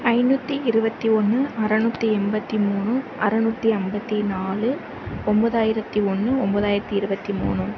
ஐநூற்றி இருபத்தி ஒன்று அறநூற்றி எம்பத்து மூணு அறநூற்றி ஐம்பத்தி நாலு ஒம்பதாயிரத்தி ஒன்று ஒம்பதாயிரத்தி இருபத்தி மூணு